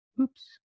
Oops